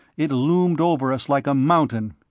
it loomed over us like a mountain.